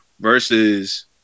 versus